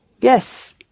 Yes